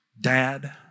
Dad